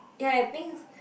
ya I think